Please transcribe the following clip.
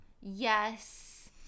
Yes